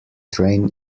train